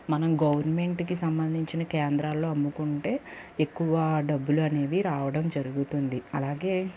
మనం గవర్నమెంట్కి సంబంధించిన కేంద్రాల్లో అమ్ముకుంటే ఎక్కువ డబ్బులు అనేవి రావడం జరుగుతుంది అలాగే